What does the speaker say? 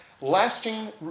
lasting